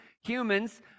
humans